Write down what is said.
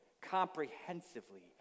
comprehensively